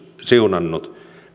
siunannut